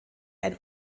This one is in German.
ein